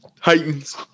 Titans